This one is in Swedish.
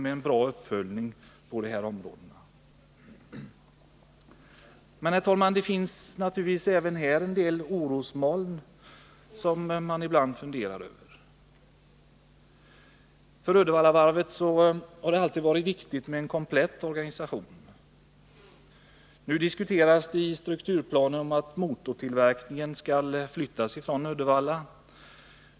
Men det finns naturligtvis även här en del orosmoln att fundera över. För Uddevallavarvet har det alltid varit viktigt med en komplett organisation. Nu diskuteras det i strukturplanen att motortillverkningen skall flyttas från Uddevalla.